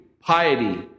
piety